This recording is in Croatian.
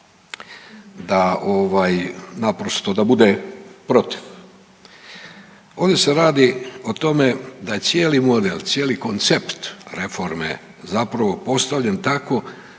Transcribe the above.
ovaj naprosto, da bude protiv. Ovdje se radi o tome da je cijeli model, cijeli koncept reforme zapravo postavljen tako